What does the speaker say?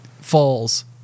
falls